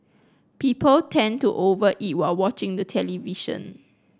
people tend to over eat while watching the television